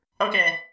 okay